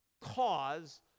cause